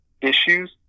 issues